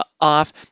off